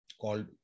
called